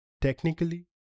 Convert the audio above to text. Technically